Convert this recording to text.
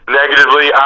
negatively